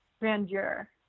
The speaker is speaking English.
grandeur